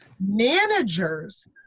managers